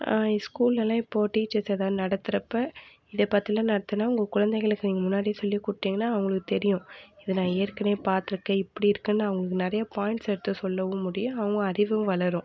ஸ்கூல்லலாம் இப்போ டீச்சர்ஸ் எதா நடத்துறப்ப இதை பத்திலாம் நடத்துனா உங்கள் குழந்தைங்களுக்கு நீங்கள் முன்னாடி சொல்லிக் குடுத்திங்கனா அவங்களுக் தெரியும் இது நான் ஏற்கனேவே பார்த்துருக்கேன் இப்படி இருக்குன்னு அவங்க நிறையா பாய்ண்ட்ஸ் எடுத்து சொல்லவும் முடியும் அவங்க அறிவும் வளரும்